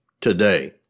today